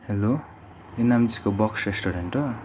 hello